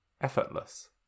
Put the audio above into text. effortless